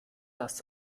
dass